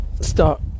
start